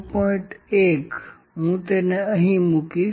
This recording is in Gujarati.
1 હું તેને અહીં મૂકીશ